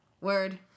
word